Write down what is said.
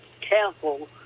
careful